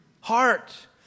Heart